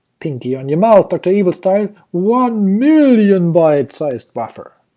pinky on your mouse dr. evil style one million byte sized buffer?